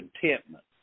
contentment